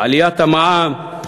עליית המע"מ,